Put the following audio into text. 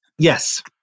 Yes